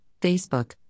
Facebook